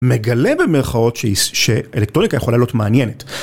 מגלה במרכאות שאלקטרוניקה יכולה להיות מעניינת.